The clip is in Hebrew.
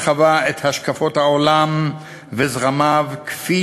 וחווה את השקפות העולם וזרמיו כפי